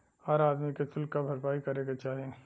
हर आदमी के सुल्क क भरपाई करे के चाही